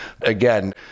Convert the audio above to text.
again